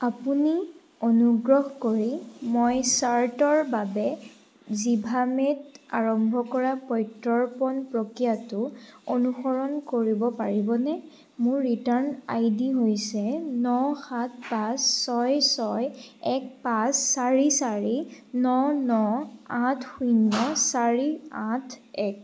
আপুনি অনুগ্ৰহ কৰি মই শ্বাৰ্টৰ বাবে জিভামেত আৰম্ভ কৰা প্ৰত্যৰ্পণ প্ৰক্ৰিয়াটো অনুসৰণ কৰিব পাৰিবনে মোৰ ৰিটাৰ্ণ আই ডি হৈছে ন সাত পাঁচ ছয় ছয় এক পাঁচ চাৰি চাৰি ন ন আঠ শূন্য চাৰি আঠ এক